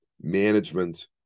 management